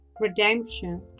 redemption